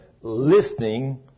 listening